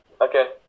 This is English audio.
okay